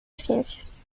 ciencias